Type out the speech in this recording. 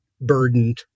burdened